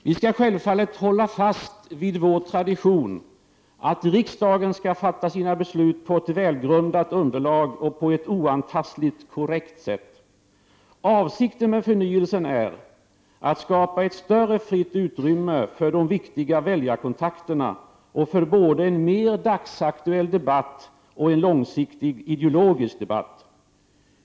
Vi skall självfallet hålla fast vid vår tradition att riksdagen skall fatta sina beslut på ett välgrundat underlag och på ett oantastligt korrekt sätt. Avsikten med förnyelsen är att skapa ett större fritt utrymme för de viktiga väljarkontakterna och för både en mer dagsaktuell debatt och en långsiktig ideologisk debatt.